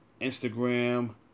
Instagram